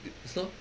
it it's snot